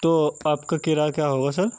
تو آپ کا کرایہ کیا ہوگا سر